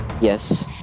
Yes